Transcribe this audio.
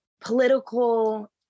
political